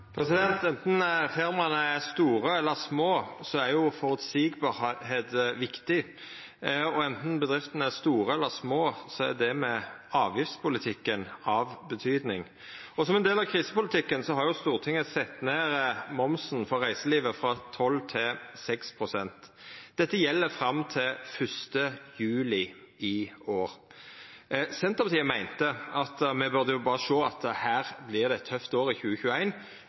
er store eller små, er føreseielegheit viktig, og anten bedriftene er store eller små, er avgiftspolitikken av betydning. Som ein del av krisepolitikken har Stortinget sett ned momsen for reiselivet frå 12 til 6 pst. Dette gjeld fram til 1. juli i år. Senterpartiet meinte me burde sjå at 2021 vert eit tøft år, og at me har låg moms i